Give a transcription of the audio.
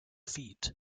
feat